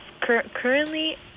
currently